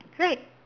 right